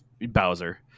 Bowser